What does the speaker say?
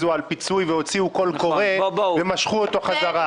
על פיצוי והוציא קול קורא ומשכו אותו חזרה,